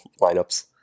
lineups